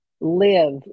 live